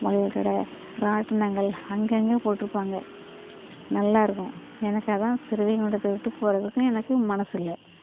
மளிகை கடை ராட்டினங்கள் அங்கங்கே போட்டிருப்பாங்க நல்லா இருக்கும் எனக்கு அதுதான் சிறுவைகுண்டத்தை விட்டு போவதுக்கு எனக்கு மனது இல்லை